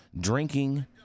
Drinking